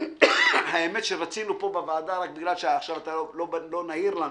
האמת שרצינו פה בוועדה, רק בגלל --- לא נהיר לנו